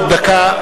עוד דקה.